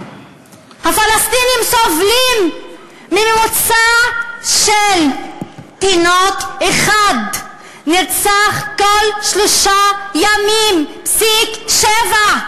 הפלסטינים סובלים ממוצע של תינוק אחד שנרצח בכל 3.7 ימים.